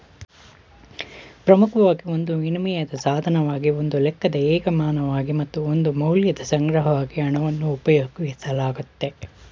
ಪ್ರಮುಖವಾಗಿ ಒಂದು ವಿನಿಮಯದ ಸಾಧನವಾಗಿ ಒಂದು ಲೆಕ್ಕದ ಏಕಮಾನವಾಗಿ ಮತ್ತು ಒಂದು ಮೌಲ್ಯದ ಸಂಗ್ರಹವಾಗಿ ಹಣವನ್ನು ಉಪಯೋಗಿಸಲಾಗುತ್ತೆ